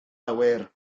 awyr